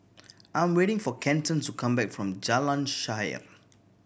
I am waiting for Kenton to come back from Jalan Shaer